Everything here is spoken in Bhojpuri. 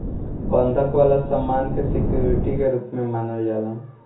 बंधक वाला सामान के सिक्योरिटी के रूप में मानल जाला